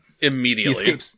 immediately